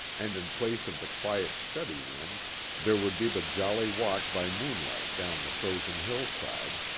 and in place of the quiet study-room there would be the jolly walk by moonlight down the frozen hillside,